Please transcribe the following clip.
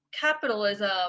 capitalism